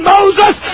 Moses